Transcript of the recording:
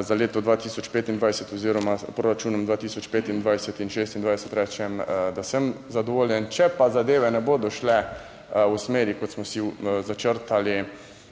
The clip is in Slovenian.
za leto 2025 oziroma s proračunom 2025 in 2026 rečem, da sem zadovoljen, če pa zadeve ne bodo šle v smeri kot smo si začrtali,